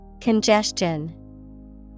Congestion